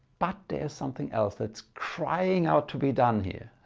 but there's something else that's crying out to be done here